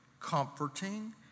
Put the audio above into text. comforting